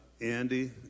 Andy